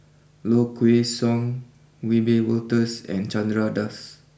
Low Kway Song Wiebe Wolters and Chandra Das